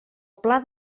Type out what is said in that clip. pla